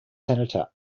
senator